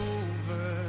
over